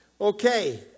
Okay